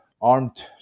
armed